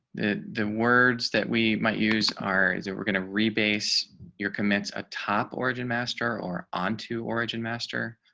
the the words that we might use our we're going to re base your commits a top origin master or onto origin master.